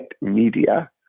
media